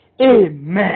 Amen